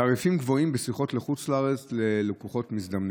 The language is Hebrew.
תעריפים גבוהים בשיחות לחוץ לארץ ללקוחות מזדמנים,